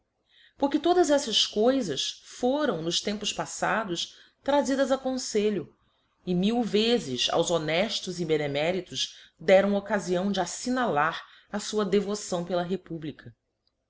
porque todas eftas coifas foram nos tempos paflados trazidas a confelho e mil vezes aos honeftos e beneméritos deram occfião de aflignalar a fua devoção pela republica